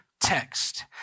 text